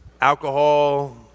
alcohol